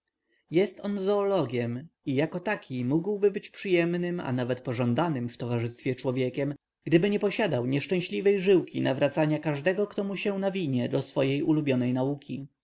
zoologiem i jako taki mógłby być przyjemnym a nawet pożądanym w towarzystwie człowiekiem gdyby nie posiadał nieszczęśliwej żyłki nawracania każdego kto mu się nawinie do swej ulubionej nauki